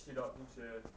sit up 那些